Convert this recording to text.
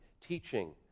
teaching